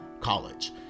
college